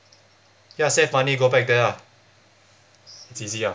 ya save money go back there ah it's easy ah